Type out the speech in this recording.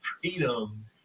freedom